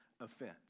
offense